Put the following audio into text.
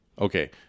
okay